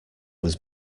was